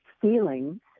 feelings